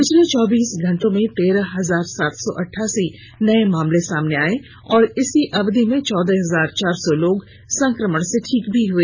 पिछले चौबीस घंटे में तेरह हजार सात सौ अठासी नये मामले सामने आये और इसी अवधि में चौदह हजार चार सौ लोग संक्रमण से ठीक भी हुए